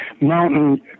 mountain